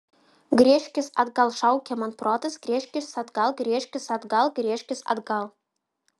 gręžkis atgal šaukė man protas gręžkis atgal gręžkis atgal gręžkis atgal